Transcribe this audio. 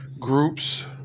groups